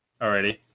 Alrighty